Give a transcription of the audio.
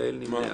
אין נמנעים,